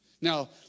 Now